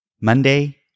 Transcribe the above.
Monday